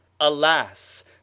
Alas